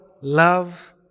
love